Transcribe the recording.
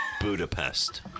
Budapest